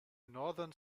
northern